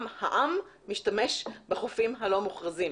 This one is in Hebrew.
והעם משתמש בחופים הלא מוכרזים.